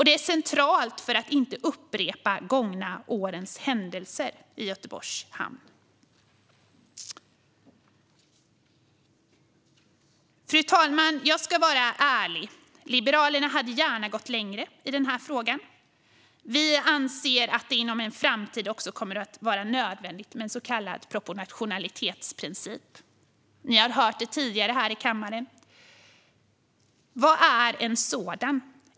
Det är centralt för att de gångna årens händelser i Göteborgs hamn inte ska upprepas. Fru talman! Jag ska vara ärlig - Liberalerna hade gärna gått längre i denna fråga. Vi anser att det inom en framtid också kommer att bli nödvändigt med en så kallad proportionalitetsprincip. Ni har hört det tidigare här i kammaren. Vad innebär en sådan?